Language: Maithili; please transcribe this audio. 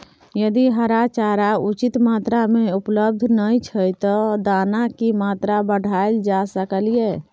यदि हरा चारा उचित मात्रा में उपलब्ध नय छै ते दाना की मात्रा बढायल जा सकलिए?